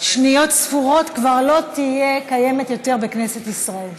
שניות ספורות כבר לא תהיה קיימת יותר בכנסת ישראל.